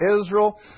Israel